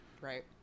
Right